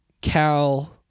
Cal